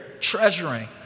treasuring